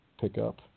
pickup